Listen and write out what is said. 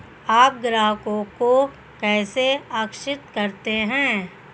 आप ग्राहकों को कैसे आकर्षित करते हैं?